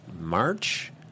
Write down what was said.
March